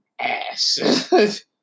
ass